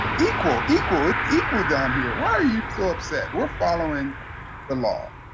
equal equal ah equal down here why are you so upset? we're following the law.